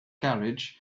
carriage